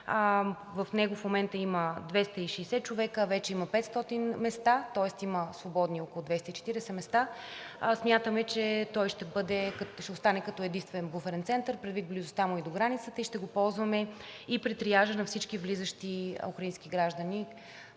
в него в момента има 260 човека, а вече има 500 места, тоест има свободни около 240 места. Смятаме, че той ще остане като единствен буферен център предвид близостта му до границата и ще го ползваме и при триажа на всички влизащи украински граждани,